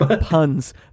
Puns